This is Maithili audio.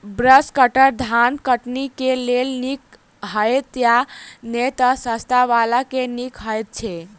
ब्रश कटर धान कटनी केँ लेल नीक हएत या नै तऽ सस्ता वला केँ नीक हय छै?